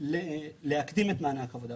הייתה להגדיל את מענק העבודה.